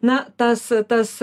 na tas tas